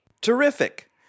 Terrific